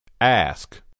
Ask